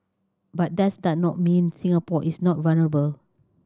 but that does not mean Singapore is not vulnerable